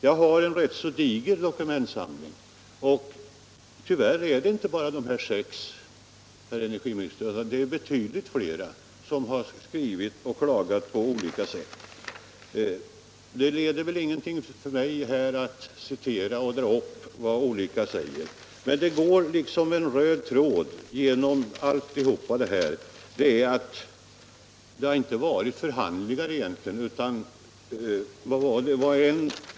Jag har en rätt diger Måndagen den dokumentsamling och det rör sig tyvärr inte bara om de här sex, herr 14 november 1977 energiminister, utan betydligt fler har skrivit och klagat på olika sätt. Det leder väl ingen vart om jag citerar vad olika personer säger, men - Om provningen av jag kan nämna att som en röd tråd genom alltihop går egentligen att = stationära lyftandet inte varit några förhandlingar.